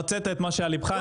הוצאת את מה שעל לבך,